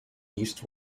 east